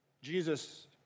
Jesus